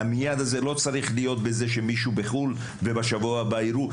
והמייד הזה לא קורה כשמישהו בחו"ל ובשבוע הבא יראו,